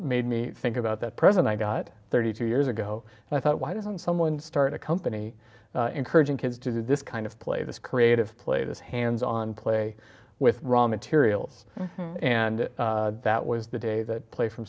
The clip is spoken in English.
made me think about that present i got thirty two years ago and i thought why doesn't someone start a company encouraging kids to do this kind of play this creative play this hands on play with raw materials and that was the day that play from